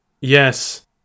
Yes